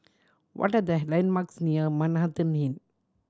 what are the landmarks near Manhattan Inn